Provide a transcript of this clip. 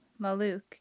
Maluk